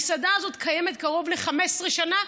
המסעדה הזאת קיימת קרוב ל-15 שנה.